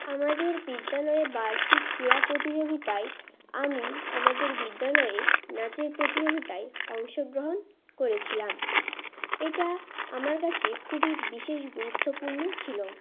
আমাদের বিদ্যালয়ে বার্ষিক কীড়া প্রতিযোগিতায় আমি আমাদের বিদ্যালয়ে নাচের প্রতিযোগিতায় অংশগ্রহণ করেছিলাম এটা আমার কাছে খুবই বিশেষ গুরুত্বপূর্ণ ছিলো